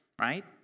right